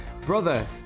Brother